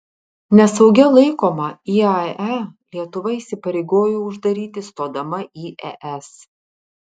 nesaugia laikomą iae lietuva įsipareigojo uždaryti stodama į es